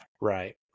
Right